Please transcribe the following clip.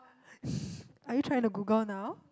are you trying to Google now